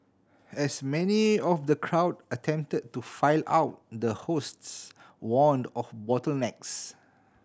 as many of the crowd attempted to file out the hosts warned of bottlenecks